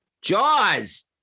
Jaws